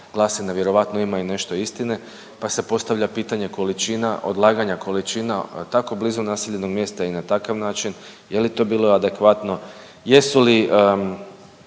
glasina vjerojatno ima i nešto istine, pa se postavlja pitanje količina odlaganja količina tako blizu naseljenog mjesta i na takav način, je li to bilo adekvatno, jesu li